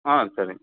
ஆ சரிங்க